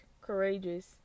courageous